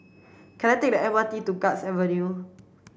can I take the M R T to Guards Avenue